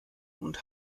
und